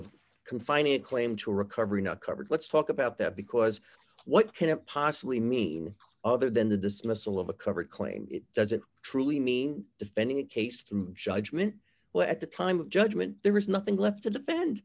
of confining a claim to recovery not covered let's talk about that because what can it possibly mean other than the dismissal of a covered claim it doesn't truly mean defending a case through judgement well at the time of judgement there is nothing left to defend